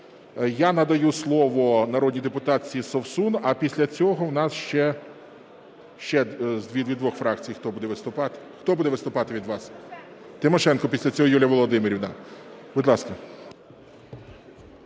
Я надаю слово народній депутатці Совсун, а після цього в нас ще... Ще від двох фракцій хто буде виступати? Хто буде виступати від вас? Тимошенко після цього Юлія Володимирівна. Будь ласка.